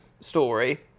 story